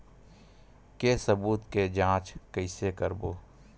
के सबूत के जांच कइसे करबो?